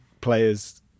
players